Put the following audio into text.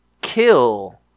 kill